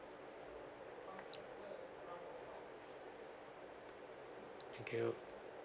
thank you